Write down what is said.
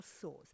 source